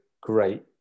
great